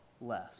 less